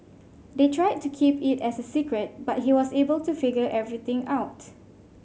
they tried to keep it as a secret but he was able to figure everything out